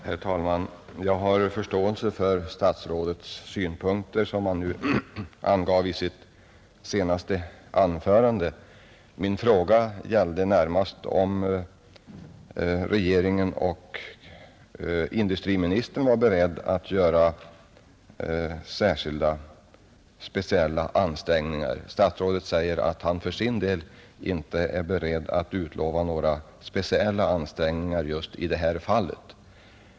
Herr talman! Jag har förståelse för de synpunkter som statsrådet angav i sitt senaste anförande. Min fråga gällde närmast om regeringen — särskilt industriministern — var beredd att göra speciella ansträngningar. Statsrådet säger att han för sin del inte är beredd att utlova några speciella ansträngningar just i det här fallet.